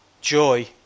Joy